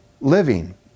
living